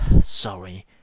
sorry